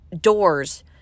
doors